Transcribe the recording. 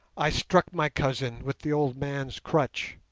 i struck my cousin with the old man's crutch.